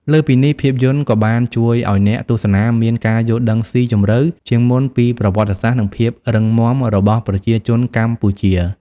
លើសពីនេះ ភាពយន្តក៏បានជួយឲ្យអ្នកទស្សនាមាន ការយល់ដឹងស៊ីជម្រៅជាងមុនពីប្រវត្តិសាស្ត្រ និងភាពរឹងមាំ របស់ប្រជាជនកម្ពុជា។